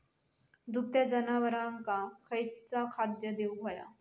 दुभत्या जनावरांका खयचा खाद्य देऊक व्हया?